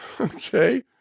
Okay